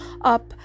up